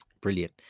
Brilliant